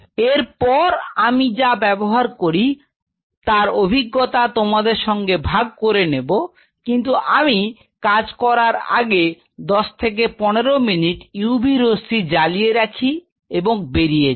এরপর আমি যা ব্যবহার করি তার অভিজ্ঞতা তোমাদের সঙ্গে ভাগ করে নেব কিন্তু আমি কাজ করার আগে 10 থেকে 15 মিনিট UV রশ্মি জ্বালিয়ে রাখি এবং বেরিয়ে যাই